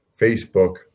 Facebook –